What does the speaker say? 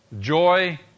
joy